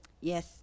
yes